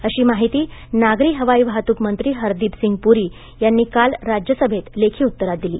अशी माहिती नागरी हवाई वाहतूक मंत्री हरदिप सिंग पूरी यांनी राज्य सभेत लेखी उत्तरांत दिली